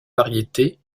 variétés